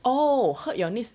oh hurt your knees